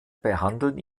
behandeln